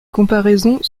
comparaisons